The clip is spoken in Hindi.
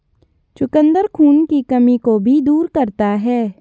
चुकंदर खून की कमी को भी दूर करता है